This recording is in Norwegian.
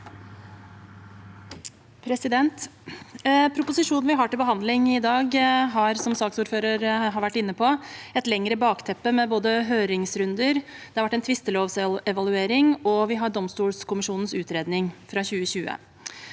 Proposisjonen vi har til behandling i dag, har, som saksordføreren har vært inne på, et lengre bakteppe med både høringsrunder, en tvistelovsevaluering og domstolkolkommisjonens utredning fra 2020.